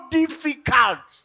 difficult